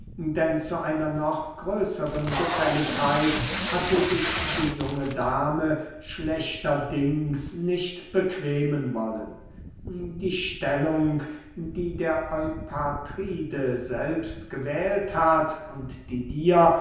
denn zu einer noch größern gefälligkeit hatte sich die junge dame schlechterdings nicht bequemen wollen die stellung die der eupatride selbst gewählt hat und die dir